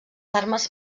armes